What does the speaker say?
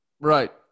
Right